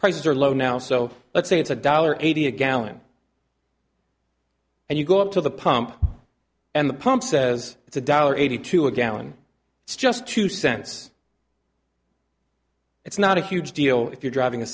prices are low now so let's say it's a dollar eighty a gallon and you go up to the pump and the pump says it's a dollar eighty two a gallon it's just two cents it's not a huge deal if you're driving a